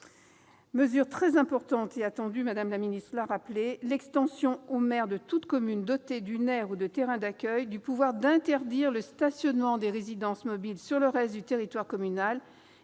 mesure très importante et attendue, vous l'avez rappelé, madame la ministre, à savoir l'extension au maire de toute commune dotée d'une aire ou de terrains d'accueil du pouvoir d'interdire le stationnement des résidences mobiles sur le reste du territoire communal.